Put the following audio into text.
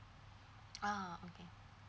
ah